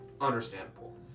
Understandable